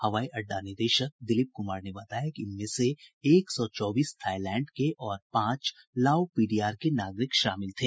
हवाई अड्डा निदेशक दिलीप कुमार ने बताया कि इनमें से एक सौ चौबीस थाईलैंड के और पांच लाओ पीडीआर के नागरिक शामिल थे